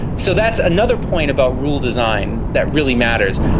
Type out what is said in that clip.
so that's another point about rule design that really matters.